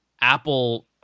Apple